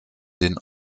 den